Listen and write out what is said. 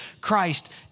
Christ